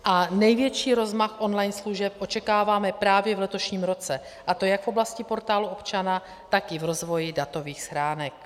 A největší rozmach online služeb očekáváme právě v letošním roce, a to jak v oblasti Portálu občana, tak i v rozvoji datových schránek.